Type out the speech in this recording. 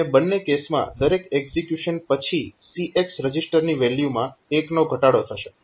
અને બંને કેસમાં દરેક એક્ઝીક્યુશન પછી CX રજીસ્ટરની વેલ્યુમાં 1 નો ઘટાડો થશે